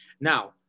Now